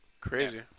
Crazy